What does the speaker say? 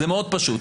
זה מאוד פשוט.